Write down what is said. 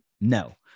No